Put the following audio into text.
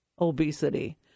obesity